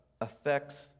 affects